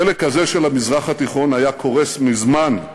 החלק הזה של המזרח התיכון היה קורס מזמן,